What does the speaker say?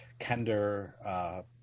Kender